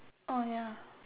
oh ya